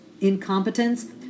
incompetence